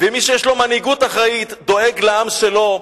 ומי שיש לו מנהיגות אחראית דואג לעם שלו,